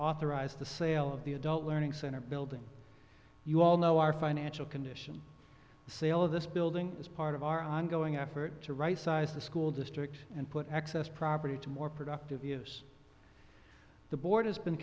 authorize the sale of the adult learning center building you all know our financial condition the sale of this building is part of our ongoing effort to rightsize the school district and put excess property to more productive use the board has been